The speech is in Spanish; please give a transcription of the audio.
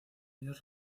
ellos